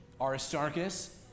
Aristarchus